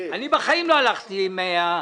אני בחיים לא הלכתי עם השמאל.